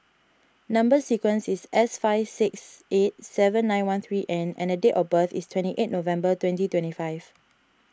Number Sequence is S five six eight seven nine one three N and date of birth is twenty eighth November twenty twenty five